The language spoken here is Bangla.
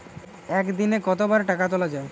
একদিনে কতবার টাকা তোলা য়ায়?